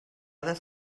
other